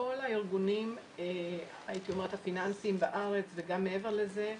בכל הארגונים הפיננסיים בארץ וגם מעבר לזה,